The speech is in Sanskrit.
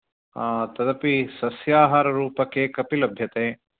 तदपि सस्याहाररुपकेक् अपि लभ्यते